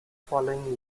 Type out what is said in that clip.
following